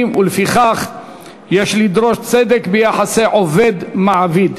ולפיכך יש לדרוש צדק ביחסי עובד מעביד.